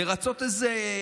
לרצות איזה